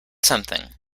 something